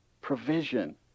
provision